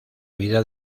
vida